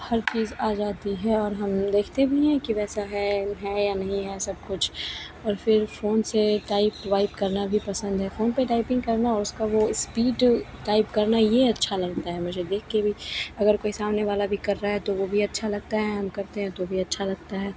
हर चीज़ आ जाती है और हम देखते भी हैं कि वैसा है है या नहीं है सब कुछ और फ़िर फ़ोन से टाइप वाइप करना भी पसंद है फ़ोन पर टाइपिंग करना और उसका वह इस्पीड टाइप करना यह अच्छा लगता है मुझे देख के वी अगर कोई सामने वाला भी कर रहा है तो वह भी अच्छा लगता है हम करते हैं तो भी अच्छा लगता है